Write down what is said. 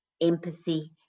empathy